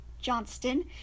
Johnston